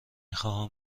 خواهم